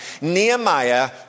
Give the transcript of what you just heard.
Nehemiah